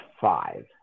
five